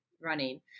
running